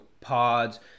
pods